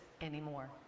anymore